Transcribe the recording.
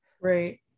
Right